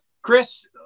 Chris